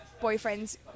boyfriend's